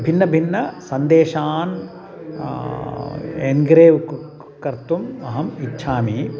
भिन्नभिन्नसन्देशान् engrave कर्तुम् अहम् इच्छामि